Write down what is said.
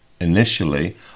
initially